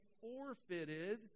forfeited